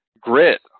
Grit